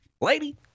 Lady